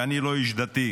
ואני לא איש דתי,